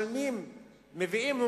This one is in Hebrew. מביאים,